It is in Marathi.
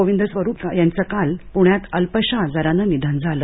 गोविंद स्वरूप याचं काल पुण्यात अल्पशा आजारानं निधन झालं